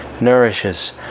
nourishes